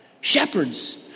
Shepherds